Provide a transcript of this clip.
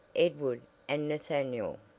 edward and nathaniel,